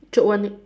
chop one leg